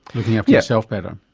looking after yourself better.